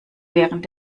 während